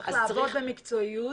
צריך לעבוד במקצועיות,